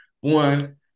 One